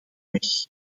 weg